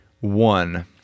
one